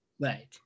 right